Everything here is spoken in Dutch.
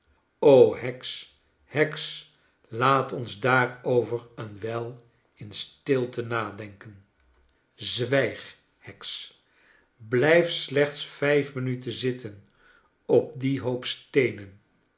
heks heks laat ons daarover een wijl in stilte nadenken zwijg heks blijf slechts vijf minuten zitten op dien hoop steenen